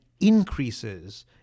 increases